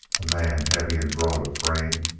a man, heavy and broad of frame,